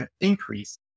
increase